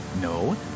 No